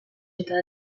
eta